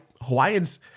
hawaiians